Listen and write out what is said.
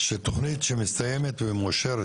שתכנית שמסתיימת ומאושרת,